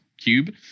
cube